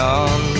on